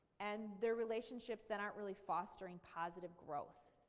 and they're relationships that aren't really fostering positive growth.